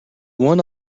one